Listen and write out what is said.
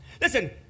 listen